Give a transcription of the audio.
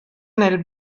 nel